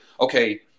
okay